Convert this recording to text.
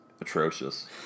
atrocious